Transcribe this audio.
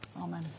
Amen